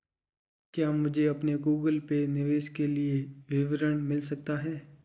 क्या मुझे अपने गूगल पे निवेश के लिए विवरण मिल सकता है?